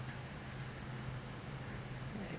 right